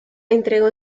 entregó